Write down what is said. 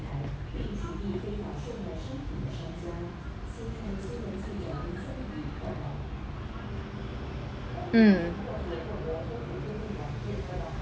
mm